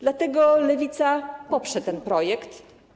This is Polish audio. Dlatego Lewica poprze ten projekt.